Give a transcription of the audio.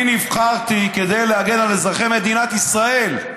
אני נבחרתי כדי להגן על אזרחי מדינת ישראל,